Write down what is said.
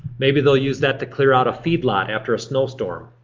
maybe they'll use that to clear out a feed lot after a snow storm.